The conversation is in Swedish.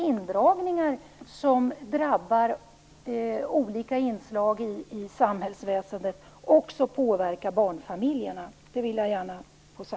Indragningar som drabbar olika inslag i samhällsväsendet påverkar naturligtvis också barnfamiljerna.